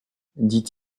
dit